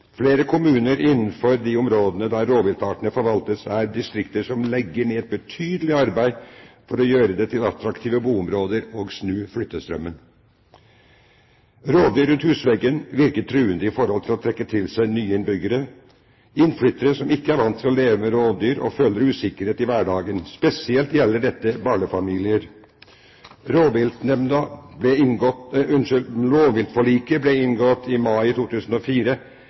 Flere kommuner innenfor de områdene der rovviltartene forvaltes, er distrikter som legger ned et betydelig arbeid for å gjøre dem til attraktive boområder og snu flyttestrømmen. Rovdyr rundt husveggen virker truende i forhold til å trekke til seg nye innbyggere. Innflyttere som ikke er vant til å leve med rovdyr, føler usikkerhet i hverdagen. Spesielt gjelder dette barnefamilier. Rovviltforliket ble inngått